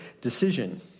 decision